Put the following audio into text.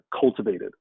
Cultivated